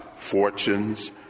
fortunes